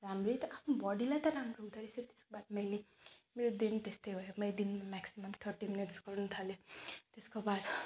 राम्रै त आफ्नो बडीलाई त राम्रो हुँदो रहेछ त्यसको बाद मैले मेरो दिन त्यस्तै भयो मैले दिन मेक्सिमम् थर्टी मिनट्स गर्नु थालेँ त्यसको बाद